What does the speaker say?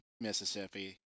Mississippi